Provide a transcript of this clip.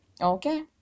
Okay